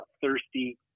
thirsty